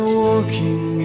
walking